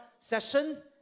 session